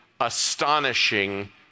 astonishing